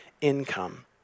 income